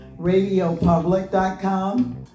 radiopublic.com